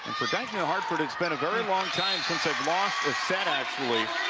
for dyke new hartford it's been a very long time since they've lost a set, actually.